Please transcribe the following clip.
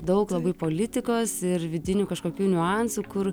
daug labai politikos ir vidinių kažkokių niuansų kur